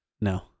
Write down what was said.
No